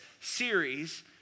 series